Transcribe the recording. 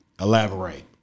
Elaborate